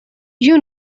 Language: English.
you